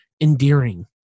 endearing